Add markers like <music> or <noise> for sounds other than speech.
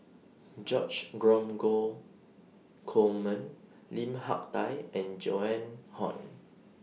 <noise> George Dromgold Coleman Lim Hak Tai and Joan Hon